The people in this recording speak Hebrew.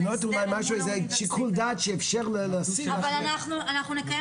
שיקול דעת שיאפשר להסיר --- אנחנו נקיים